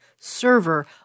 server